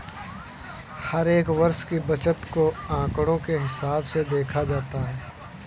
हर एक वर्ष की बचत को आंकडों के हिसाब से देखा जाता है